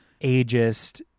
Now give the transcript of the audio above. ageist